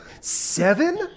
Seven